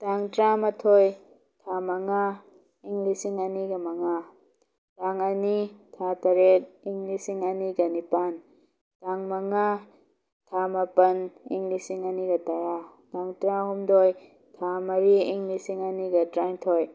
ꯇꯥꯡ ꯇꯔꯥꯃꯥꯊꯣꯏ ꯊꯥ ꯃꯉꯥ ꯏꯪ ꯂꯤꯁꯤꯡ ꯑꯅꯤꯒ ꯃꯉꯥ ꯇꯥꯡ ꯑꯅꯤ ꯊꯥ ꯇꯔꯦꯠ ꯏꯪ ꯂꯤꯁꯤꯡ ꯑꯅꯤꯒ ꯅꯤꯄꯥꯜ ꯇꯥꯡ ꯃꯉꯥ ꯊꯥ ꯃꯥꯄꯜ ꯏꯪ ꯂꯤꯁꯤꯡ ꯑꯅꯤꯒ ꯇꯔꯥ ꯇꯥꯡ ꯇꯔꯥꯍꯨꯝꯗꯣꯏ ꯊꯥ ꯃꯔꯤ ꯏꯪ ꯂꯤꯁꯤꯡ ꯑꯅꯤꯒ ꯇꯔꯥꯅꯤꯊꯣꯏ